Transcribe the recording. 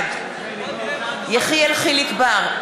בעד יחיאל חיליק בר,